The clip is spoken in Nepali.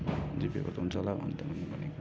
जिपे गर्दा हुन्छ होला भनेर मैले भनेको